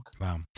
Wow